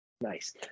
nice